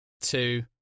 two